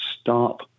stop